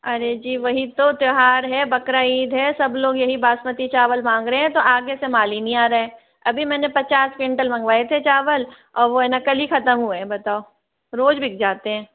अरे जी वही तो त्यौहार है बकरा ईद है सब लोग यही बासमती चावल मांग रहे हैं तो आगे से माल ही नहीं आ रहा है अभी मैंने पचास क्विंटल मंगवाए थे चावल और वो न कल ही खत्म हुए हैं बताओ रोज़ बिक जाते हैं